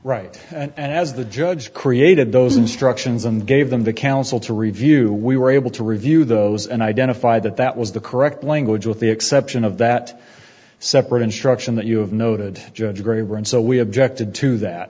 and as the judge created those instructions and gave them to counsel to review we were able to review those and identify that that was the correct language with the exception of that separate instruction that you have noted judge agree were and so we objected to that